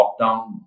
lockdown